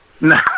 No